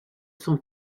son